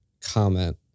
comment